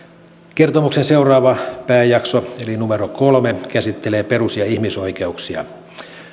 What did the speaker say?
kertomuksen seuraava pääjakso eli numero kolme käsittelee perus ja ihmisoikeuksia